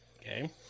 Okay